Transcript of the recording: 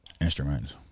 Instruments